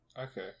Okay